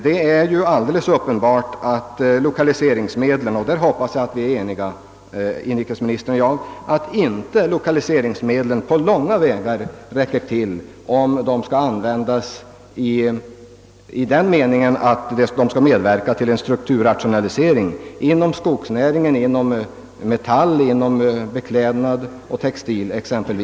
Det är ju alldeles uppenbart att lokaliseringsmedlen — på den punkten hoppas jag att inrikesministern och jag är eniga — inte på långa vägar räcker till, om de skall användas för en strukturrationalisering exempelvis inom skogsnäringen, inom metall, inom beklädnad och inom textil.